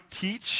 teach